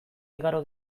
igaro